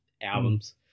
albums